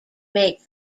make